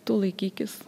tu laikykis